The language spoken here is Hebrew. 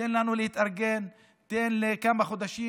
תן לנו להתארגן, תן כמה חודשים.